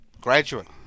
Graduate